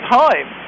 time